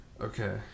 okay